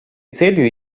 целью